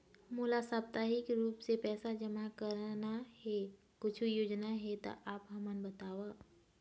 मोला साप्ताहिक रूप से पैसा जमा करना हे, कुछू योजना हे त आप हमन बताव?